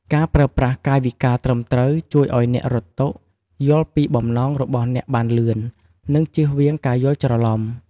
ការប្រើប្រាស់កាយវិការត្រឹមត្រូវជួយឲ្យអ្នករត់តុយល់ពីបំណងរបស់អ្នកបានលឿន និងជៀសវាងការយល់ច្រឡំ។